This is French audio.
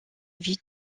vie